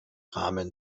rahmen